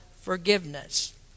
forgiveness